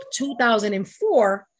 2004